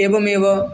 एवमेव